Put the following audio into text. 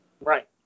Right